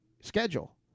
schedule